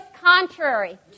contrary